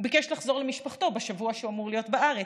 הוא ביקש לחזור למשפחתו בשבוע שהוא אמור להיות בארץ,